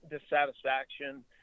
dissatisfaction